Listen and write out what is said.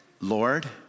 Lord